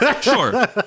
Sure